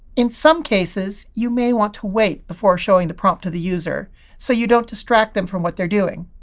in some cases, you may want to wait before showing the prompt to the user so you don't distract them from what they're doing.